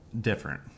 different